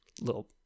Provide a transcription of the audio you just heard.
little